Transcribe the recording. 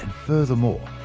furthermore,